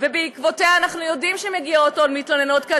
ובעקבותיה אנחנו יודעים שמגיעות עוד מתלוננות,